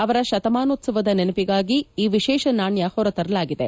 ಅವರ ಶತಮಾನೋತ್ಸವದ ನೆನಪಿಗಾಗಿ ಈ ವಿಶೇಷ ನಾಣ್ಣ ಹೊರತರಲಾಗಿದೆ